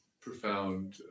profound